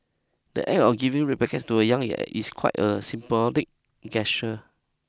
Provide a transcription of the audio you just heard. the act of giving red packets to the young yet is quite a symbolic